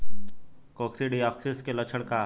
Coccidiosis के लक्षण का ह?